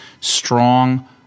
strong